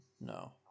no